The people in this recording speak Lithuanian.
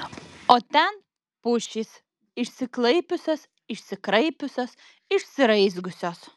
o ten pušys išsiklaipiusios išsikraipiusios išsiraizgiusios